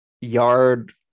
yard